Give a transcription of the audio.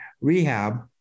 rehab